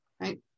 right